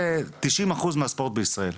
זה תשעים אחוז מהספורט בישראל.